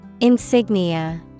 Insignia